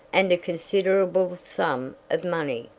and a considerable sum of money,